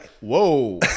whoa